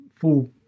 full